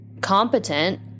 competent